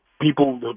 people